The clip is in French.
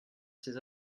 ces